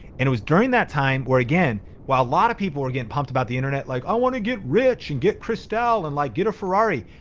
and it was during that time where again, while a lot of people are getting pumped about the internet like i wanna get rich and get christelle and like get a ferrari.